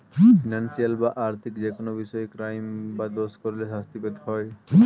financial বা আর্থিক যেকোনো বিষয়ে ক্রাইম বা দোষ করলে শাস্তি পেতে হয়